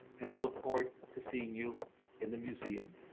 and i look forward to seeing you in the museum.